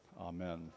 Amen